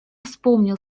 вспомнил